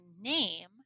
name